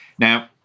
Now